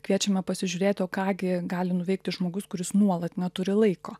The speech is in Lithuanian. kviečiame pasižiūrėti o ką gi gali nuveikti žmogus kuris nuolat neturi laiko